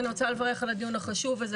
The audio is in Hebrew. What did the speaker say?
אני רוצה לברך על הדיון החשוב הזה,